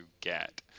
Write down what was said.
get